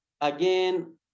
again